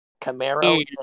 Camaro